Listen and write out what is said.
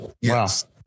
Yes